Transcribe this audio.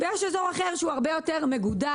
ויש אזור אחר שהוא הרבה יותר מגודר,